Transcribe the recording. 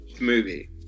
movie